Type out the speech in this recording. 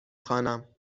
خوانم